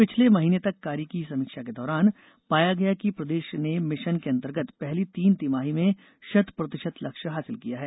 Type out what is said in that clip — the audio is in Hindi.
पिछले महीने तक कार्य की समीक्षा के दौरान पाया गया कि प्रदेश ने मिशन के अंतर्गत पहली तीन तिमाही में शतप्रतिशत लक्ष्य हासिल किया है